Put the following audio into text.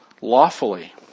lawfully